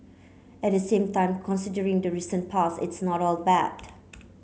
at the same time considering the recent past it's not all bad